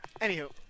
Anywho